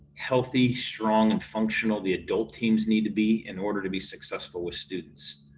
healthy, strong and functional the adult teams need to be in order to be successful with students.